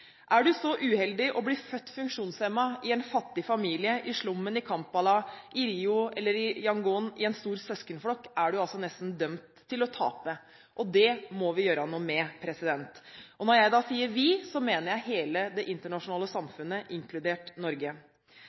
Er du så uheldig å bli født funksjonshemmet i en fattig familie i slummen i Kampala, Rio eller Yangon i en stor søskenflokk, er du altså nesten dømt til å tape. Dette må vi gjøre noe med. Og når jeg sier «vi», mener jeg hele det internasjonale samfunnet, inkludert Norge.